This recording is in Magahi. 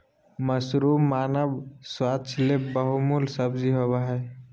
मशरूम मानव स्वास्थ्य ले बहुमूल्य सब्जी होबय हइ